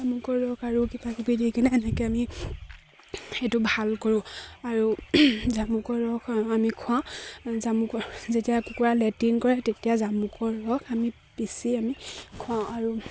জামুকৰ ৰস আৰু কিবাকিবি দি কেনে এনেকে আমি সেইটো ভাল কৰোঁ আৰু জামুকৰ ৰস আমি খুৱাওঁ জামুকৰ যেতিয়া কুকুৰাই লেট্ৰিন কৰে তেতিয়া জামুকৰ ৰস আমি পিচি আমি খুৱাওঁ আৰু